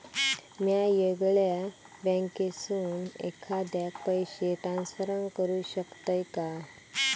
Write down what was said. म्या येगल्या बँकेसून एखाद्याक पयशे ट्रान्सफर करू शकतय काय?